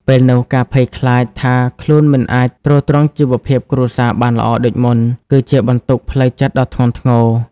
ពេលនោះការភ័យខ្លាចថាខ្លួនមិនអាចទ្រទ្រង់ជីវភាពគ្រួសារបានល្អដូចមុន គឺជាបន្ទុកផ្លូវចិត្តដ៏ធ្ងន់ធ្ងរ។